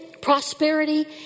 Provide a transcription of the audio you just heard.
prosperity